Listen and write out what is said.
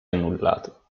annullato